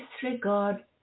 disregard